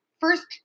first